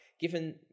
given